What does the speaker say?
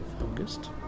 August